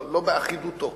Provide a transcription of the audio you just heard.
לא באחידותו.